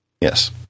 Yes